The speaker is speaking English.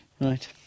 Right